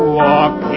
walk